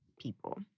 people